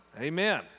Amen